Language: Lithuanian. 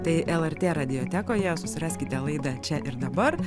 tai lrt radiotekoje susiraskite laidą čia ir dabar